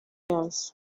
streets